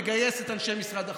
לגייס את אנשי משרד החוץ,